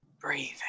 breathing